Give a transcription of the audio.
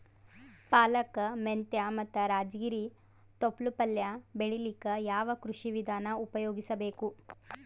ಪಾಲಕ, ಮೆಂತ್ಯ ಮತ್ತ ರಾಜಗಿರಿ ತೊಪ್ಲ ಪಲ್ಯ ಬೆಳಿಲಿಕ ಯಾವ ಕೃಷಿ ವಿಧಾನ ಉಪಯೋಗಿಸಿ ಬೇಕು?